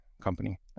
company